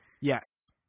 Yes